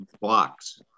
blocks